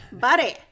buddy